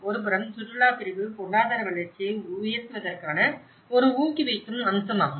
ஒருபுறம் சுற்றுலாப் பிரிவு பொருளாதார வளர்ச்சியை உயர்த்துவதற்கான ஒரு ஊக்குவிக்கும் அம்சமாகும்